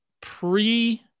pre